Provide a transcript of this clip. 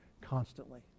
constantly